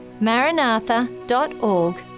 maranatha.org